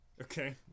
Okay